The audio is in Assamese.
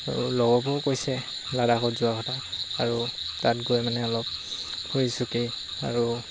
আৰু লগবোৰেও কৈছে লাদাখত যোৱা কথা আৰু তাত গৈ মানে অলপ ফুৰি চাকি আৰু